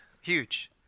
huge